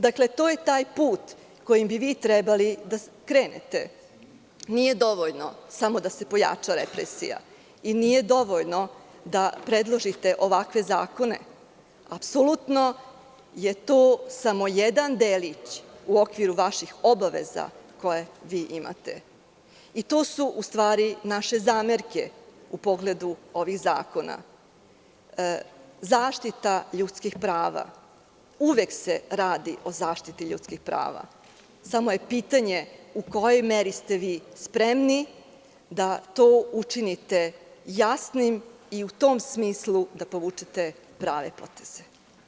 Dakle, to je taj put kojim bi vi trebali da krenete, nije dovoljno samo da se pojača represija i nije dovoljno da predložite ovakve zakone, apsolutno je to samo jedan delić u okviru vaših obaveza koje vi imate i to su u stvari naše zamerke u pogledu ovih zakona, zaštita ljudskih prava, uvek se radi o zaštiti ljudskih prava, samo je pitanje u kojoj meri ste vi spremni da to učinite jasnim i u tom smislu da povučete prave poteze.